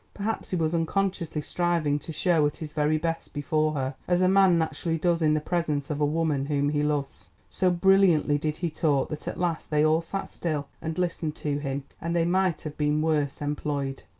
perhaps he was unconsciously striving to show at his very best before her, as a man naturally does in the presence of a woman whom he loves. so brilliantly did he talk that at last they all sat still and listened to him, and they might have been worse employed.